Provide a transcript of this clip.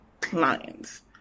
clients